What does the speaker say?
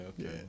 okay